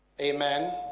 amen